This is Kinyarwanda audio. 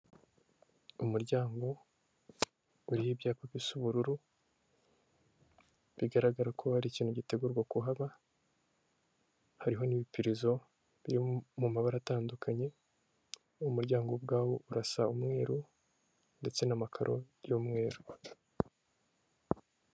Umuryango uriho ibyapa bisa ubururu bigaragara ko hari ikintu gitegurwa kuhaba, hariho n'ibipirizo biri mu mabara atandukanye, uwo muryango wo ubwawo urasa umweru ndetse n'amakaro y'umweru